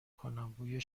کنم، بوی